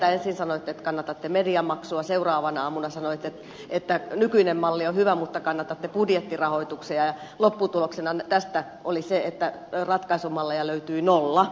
ensin sanoitte että kannatatte mediamaksua seuraavana aamuna sanoitte että nykyinen malli on hyvä mutta kannatatte budjettirahoituksia ja lopputuloksena tästä oli se että ratkaisumalleja löytyi nolla